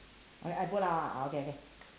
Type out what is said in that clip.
I I put down lah okay okay